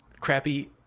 crappy